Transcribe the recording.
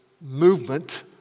movement